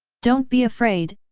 don't be afraid,